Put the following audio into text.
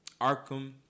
Arkham